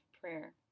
prayer